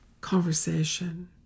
conversation